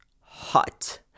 hot